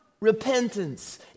repentance